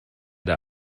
der